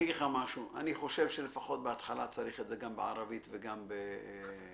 אני חושב שלפחות בהתחלה צריך את זה גם בערבית וגם בעברית.